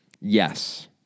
Yes